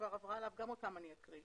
שכבר עברה עליו וגם אותם אני אקריא.